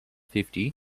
fifty